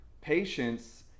Patience